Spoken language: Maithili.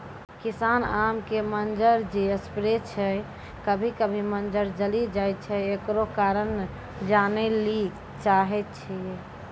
किसान आम के मंजर जे स्प्रे छैय कभी कभी मंजर जली जाय छैय, एकरो कारण जाने ली चाहेय छैय?